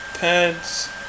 pads